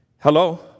Hello